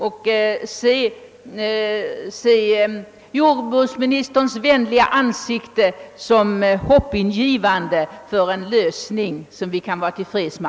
Låt oss se jordbruksministerns vänliga ansikte som hoppingivande för en lösning, som vi alla kan vara till freds med!